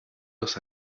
los